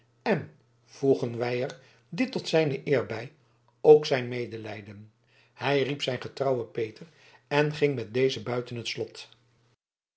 en voegen wij er dit tot zijne eer bij ook zijn medelijden hij riep zijn getrouwen peter en ging met dezen buiten het slot